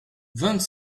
vingt